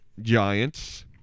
Giants